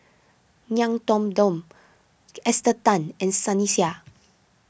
Ngiam Tong Dow Esther Tan and Sunny Sia